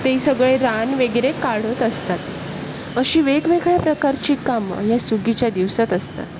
ते सगळे रान वगैरे काढत असतात अशी वेगवेगळ्या प्रकारची कामं ह्या सुगीच्या दिवसात असतात